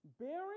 bearing